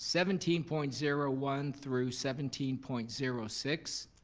seventeen point zero one through seventeen point zero six,